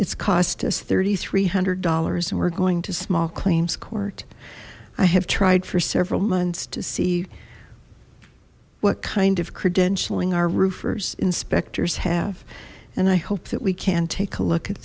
it's cost us three thousand three hundred dollars and we're going to small claims court i have tried for several months to see what kind of credentialing our roofers inspectors have and i hope that we can take a look at